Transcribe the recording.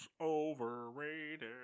Overrated